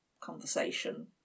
conversation